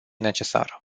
necesară